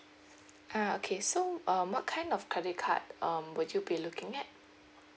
uh okay so um what kind of credit card um would you be looking at